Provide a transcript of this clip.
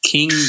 King